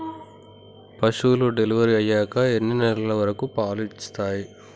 పశువులు డెలివరీ అయ్యాక ఎన్ని నెలల వరకు పాలు ఇస్తాయి?